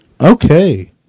Okay